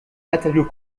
matériaux